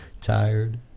Tired